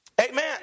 Amen